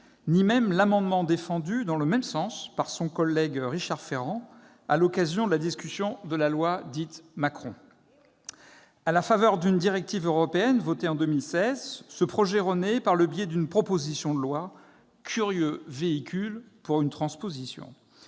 ni même l'amendement défendu, dans le même sens, par son collègue Richard Ferrand, à l'occasion de la discussion de la loi dite Macron. À la faveur d'une directive européenne votée en 2016, ce projet renaît par le biais d'une proposition de loi : curieux véhicule pour une transposition !